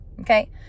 okay